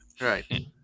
Right